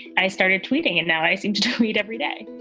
i started tweeting. and now i seem to treat every day